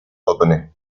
albany